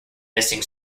missing